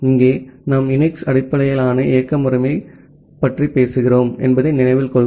இங்கே நாம் யுனிக்ஸ் அடிப்படையிலான இயக்க முறைமை பற்றி பேசுகிறோம் என்பதை நினைவில் கொள்க